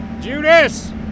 Judas